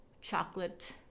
chocolate